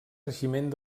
regiment